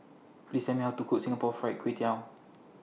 Please Tell Me How to Cook Singapore Fried Kway Tiao